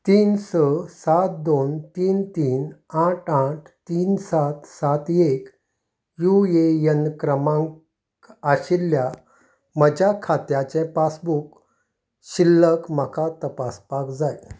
तीन स सात दोन तीन तीन आट आठ तीन सात सात एक युएएन क्रमांक आशिल्ल्या म्हज्या खात्याचें पासबूक शिल्लक म्हाका तपासपाक जाय